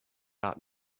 art